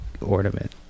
ornament